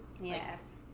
Yes